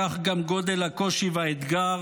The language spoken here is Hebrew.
כך גם גודל הקושי והאתגר